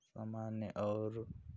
सामान्य और